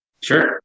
sure